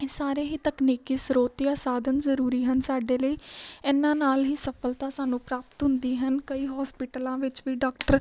ਇਹ ਸਾਰੇ ਹੀ ਤਕਨੀਕੀ ਸਰੋਤ ਜਾਂ ਸਾਧਨ ਜ਼ਰੂਰੀ ਹਨ ਸਾਡੇ ਲਈ ਇਹਨਾਂ ਨਾਲ ਹੀ ਸਫਲਤਾ ਸਾਨੂੰ ਪ੍ਰਾਪਤ ਹੁੰਦੀ ਹਨ ਕਈ ਹੋਸਪਿਟਲਾਂ ਵਿੱਚ ਵੀ ਡਾਕਟਰ